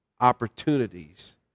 opportunities